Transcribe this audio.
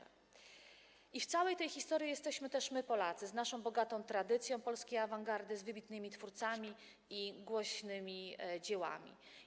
I w całej tej historii jesteśmy też my, Polacy, z naszą bogatą tradycją polskiej awangardy, z wybitnymi twórcami i głośnymi dziełami.